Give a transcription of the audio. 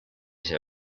see